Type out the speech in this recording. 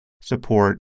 support